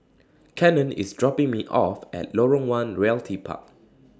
Cannon IS dropping Me off At Lorong one Realty Park